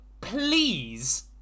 please